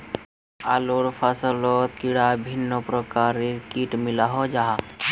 आलूर फसलोत कैडा भिन्न प्रकारेर किट मिलोहो जाहा?